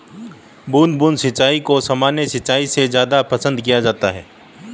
बूंद बूंद सिंचाई को सामान्य सिंचाई से ज़्यादा पसंद किया जाता है